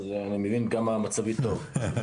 אז אני מבין כמה מצבי טוב.